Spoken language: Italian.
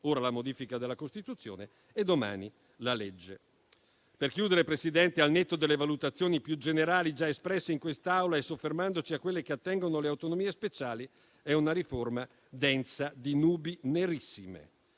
(ora la modifica della Costituzione e domani la legge). Per chiudere, signor Presidente, al netto delle valutazioni più generali già espresse in quest'Aula e soffermandoci su quelle che attengono alle autonomie speciali, è una riforma densa di nubi nerissime.